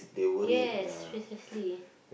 yes precisely